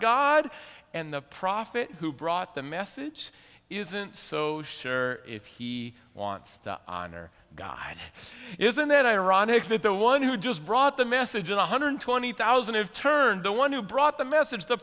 god and the prophet who brought the message isn't so sure if he wants to honor god isn't it ironic that the one who just brought the message of one hundred twenty thousand have turned the one who brought the message the